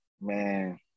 Man